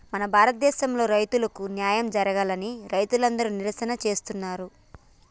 మన భారతదేసంలో రైతులకు న్యాయం జరగాలని రైతులందరు నిరసన చేస్తున్నరు